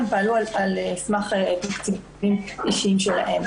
הם פעלו על סמך תקציבים אישיים שלהם.